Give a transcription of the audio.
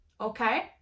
okay